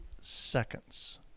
seconds